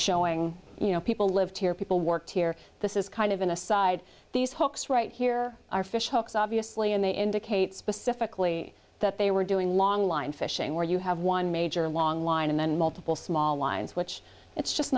showing you know people lived here people worked here this is kind of an aside these hooks right here are fish hooks obviously and they indicate specifically that they were doing long line fishing where you have one major long line and then multiple small lines which it's just